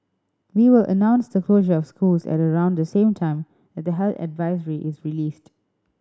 we will announce the closure of schools at around the same time that the health advisory is released